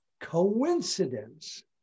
coincidence